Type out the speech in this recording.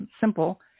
simple